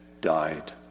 died